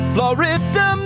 Florida